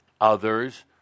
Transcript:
others